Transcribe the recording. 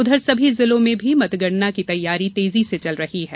उधर सभी जिलों में भी मतगणना की तैयारी तेजी से चल रही है